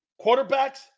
quarterbacks